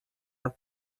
are